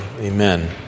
amen